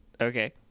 Okay